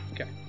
Okay